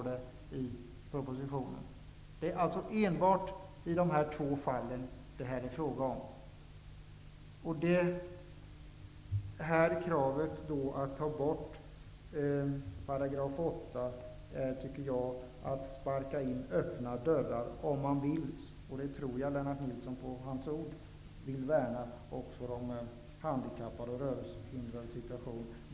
Det är alltså enbart fråga om dessa två fall. Kravet på att ta bort 8 § är att sparka in öppna dörrar. Jag tror Lennart Nilsson på hans ord att han vill värna om de handikappade och de rörelsehindrade.